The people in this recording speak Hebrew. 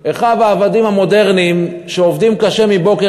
אחיו העבדים המודרניים שעובדים קשה מבוקר